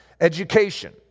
Education